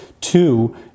Two